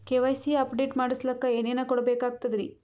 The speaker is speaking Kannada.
ಕೆ.ವೈ.ಸಿ ಅಪಡೇಟ ಮಾಡಸ್ಲಕ ಏನೇನ ಕೊಡಬೇಕಾಗ್ತದ್ರಿ?